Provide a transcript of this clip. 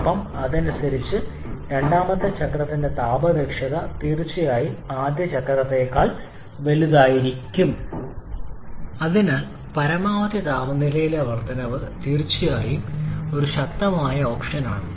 ഒപ്പം അതനുസരിച്ച് രണ്ടാമത്തെ ചക്രത്തിന്റെ താപ ദക്ഷത തീർച്ചയായും ആദ്യ ചക്രതിനെക്കാൾ വലുതായിരിക്കും അതിനാൽ പരമാവധി താപനിലയിലെ വർദ്ധനവ് തീർച്ചയായും ഒരു ശക്തമായ ഓപ്ഷനാണ്